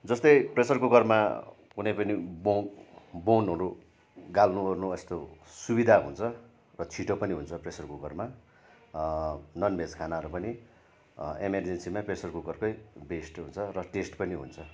जस्तै प्रेसर कुकरमा कुनै पनि बोन बोनहरू गाल्नुओर्नु यस्तो सुविधा हुन्छ र छिटो पनि हुन्छ प्रेसर कुकरमा ननभेज खानाहरू पनि इमर्जेन्सीमा प्रेसर कुकरकै बेस्ट हुन्छ र टेस्ट पनि हुन्छ